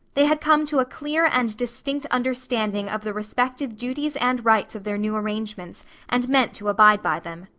they had come to a clear and distinct understanding of the respective duties and rights of their new arrangements and meant to abide by them.